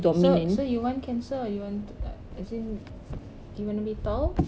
so so you want cancer or you want to uh as in do you want to be tall